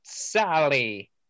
Sally